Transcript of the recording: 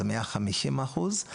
זה 150 אחוז,